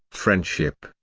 friendship,